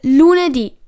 lunedì